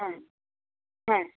হ্যাঁ হ্যাঁ